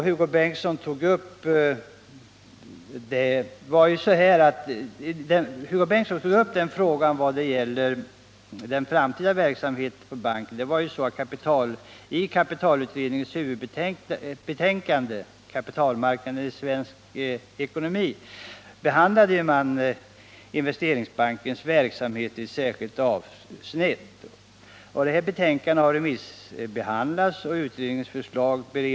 Hugo Bengtsson tog upp frågan om bankens framtida verksamhet. Jag kan då nämna att man i kapitalberedningens huvudbetänkande, Kapitalmarknaden i svensk ekonomi, behandlade Investeringsbankens verksamhet i ett särskilt avsnitt. Detta betänkande har remissbehandlats och bereds nu inom regeringskansliet.